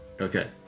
okay